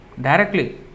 directly